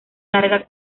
larga